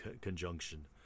conjunction